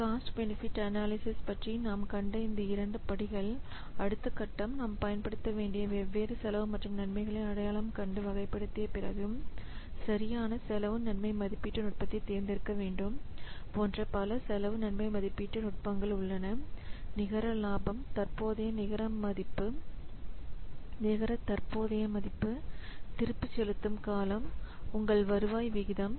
cost benefit அனலைசிஸ்ப பற்றி நாம் கண்ட இந்த இரண்டு படிகள் அடுத்த கட்டம் நாம் பயன்படுத்த வேண்டிய வெவ்வேறு செலவு மற்றும் நன்மைகளை அடையாளம் கண்டு வகைப்படுத்திய பிறகு சரியான செலவு நன்மை மதிப்பீட்டு நுட்பத்தைத் தேர்ந்தெடுக்க வேண்டும் போன்ற பல செலவு நன்மை மதிப்பீட்டு நுட்பங்கள் உள்ளன நிகர லாபம் தற்போதைய மதிப்பு நிகர தற்போதைய மதிப்பு திருப்பிச் செலுத்தும் காலம் உள் வருவாய் விகிதம்